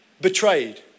betrayed